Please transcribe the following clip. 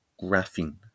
graphene